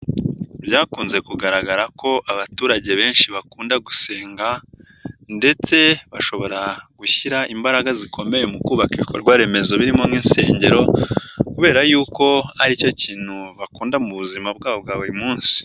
Byakunze kugaragara ko abaturage benshi bakunda gusenga ndetse bashobora gushyira imbaraga zikomeye mu kubaka ibikorwa remezo birimo nk'insengero kubera yuko ari cyo kintu bakunda mu buzima bwabo bwa buri munsi.